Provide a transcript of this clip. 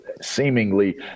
seemingly